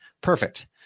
Perfect